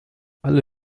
alle